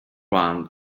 rang